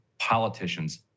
politicians